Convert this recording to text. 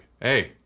hey